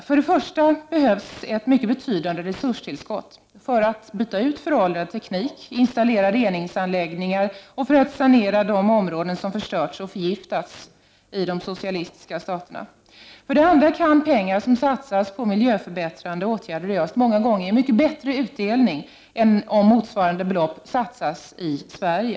För det första behövs ett mycket betydande resurstillskott för att man skall kunna byta ut föråldrad teknik, installera reningsanläggningar och sanera de områden som har förstörts och förgiftats i de socialistiska staterna. För det andra kan pengar som satsas på miljöförbättrande åtgärder i öst många gånger ge bättre utdelning än om motsvarande belopp satsas i Sverige.